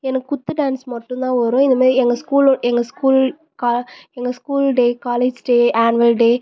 எனக்கு குத்து டான்ஸ் மட்டும் தான் வரும் இந்த மாரி எங்கள் ஸ்கூல் எங்கள் ஸ்கூல் கா எங்கள் school day college day annual டே